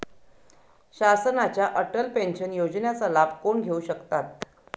शासनाच्या अटल पेन्शन योजनेचा लाभ कोण घेऊ शकतात?